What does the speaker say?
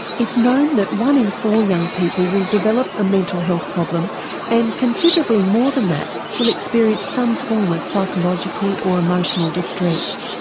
it's known that one in four young people will develop a mental health problem and considerably more than that will experience some form of psychological or emotional distress.